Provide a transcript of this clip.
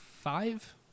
five